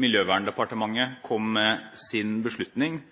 Miljøverndepartementet kom med sin beslutning